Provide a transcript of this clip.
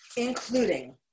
including